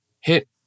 hit